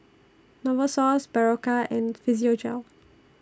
Novosource Berocca and Physiogel